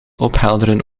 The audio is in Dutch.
ophelderen